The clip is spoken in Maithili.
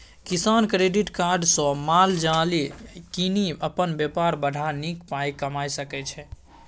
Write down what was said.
किसान क्रेडिट कार्ड सँ माल जाल कीनि अपन बेपार बढ़ा नीक पाइ कमा सकै छै